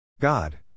God